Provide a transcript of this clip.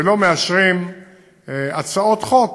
ולא מאשרים הצעות חוק